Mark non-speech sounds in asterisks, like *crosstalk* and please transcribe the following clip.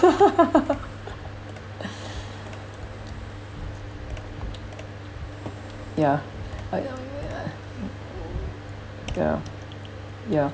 *laughs* ya I *noise* ya ya